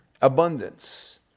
abundance